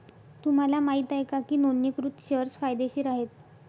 तुम्हाला माहित आहे का की नोंदणीकृत शेअर्स फायदेशीर आहेत?